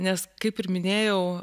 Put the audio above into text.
nes kaip ir minėjau